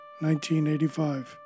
1985